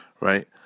right